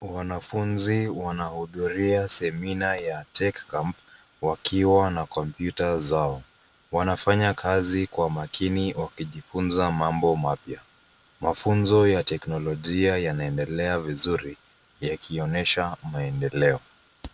Wanafunzi wanahudhuria semina ya Tech Camp wakiwa na kompyuta zao. Wanafanya kazi kwa makini wakijifunza mambo mapya. Mafunzo ya teknolojia yanaendelea vizuri yakionyesha maendeleo